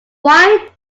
why